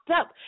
up